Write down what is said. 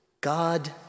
God